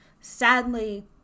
Sadly